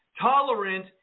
tolerant